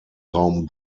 raum